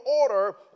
order